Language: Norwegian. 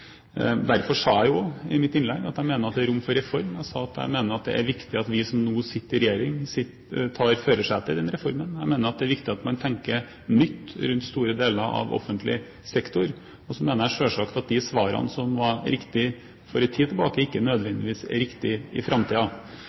Derfor sa jeg i mitt innlegg at jeg mener det er rom for reform. Jeg sa at jeg mener det er viktig at vi som nå sitter i regjering, tar førersetet i denne reformen. Jeg mener det er viktig at man tenker nytt rundt store deler av offentlig sektor, og så mener jeg selvsagt at de svarene som var riktige for en tid tilbake, ikke nødvendigvis er riktig i